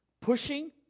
pushing